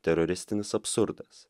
teroristinis absurdas